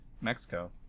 Mexico